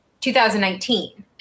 2019